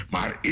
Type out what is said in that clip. Maar